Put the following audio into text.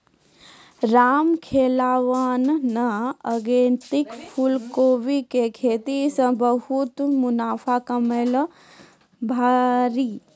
रामखेलावन न अगेती फूलकोबी के खेती सॅ बहुत मुनाफा कमैलकै आभरी